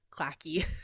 clacky